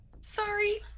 Sorry